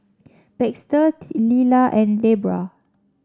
Baxter Lilla and Debbra